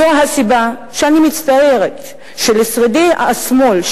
זו הסיבה שאני מצטערת שלשרידי השמאל,